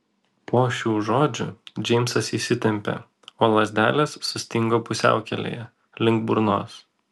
po šių žodžių džeimsas įsitempė o lazdelės sustingo pusiaukelėje link burnos